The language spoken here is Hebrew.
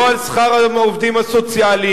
לא על שכר העובדים הסוציאליים,